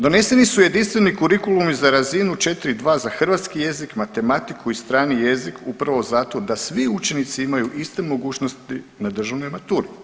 Doneseni su jedinstveni kurikulumi za razinu 4.2. za hrvatski jezik, matematiku i strani jezik upravo zato da svi učenici imaju iste mogućnosti na državnoj maturi.